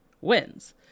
wins